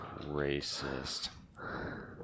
racist